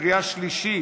קריאה שלישית,